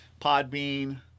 Podbean